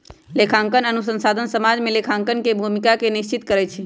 लेखांकन अनुसंधान समाज में लेखांकन के भूमिका के निश्चित करइ छै